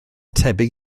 tebyg